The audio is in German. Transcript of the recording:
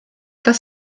das